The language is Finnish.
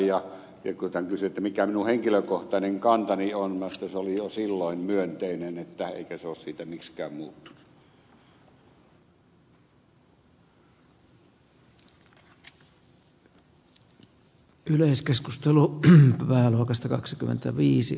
kun hän kysyi mikä minun henkilökohtainen kantani on minä sanoin että se oli jo silloin myönteinen eikä se ole siitä miksikään muuttunut